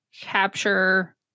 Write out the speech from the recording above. capture